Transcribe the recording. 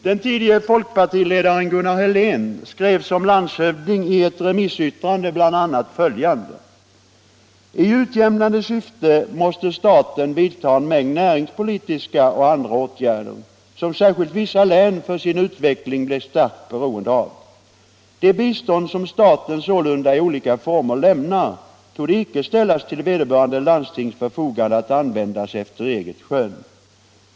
Den tidigare folkpartiledaren Gunnar Helén skrev som landshövding i ett remissyttrande bl.a. följande: ”I utjämnande syfte måste staten vidta en mängd näringspolitiska och andra åtgärder, som särskilt vissa län för sin utveckling blir starkt beroende av. Det bistånd som staten sålunda i olika former lämnar torde icke ställas till vederbörande landstings förfogande att användas efter eget skön.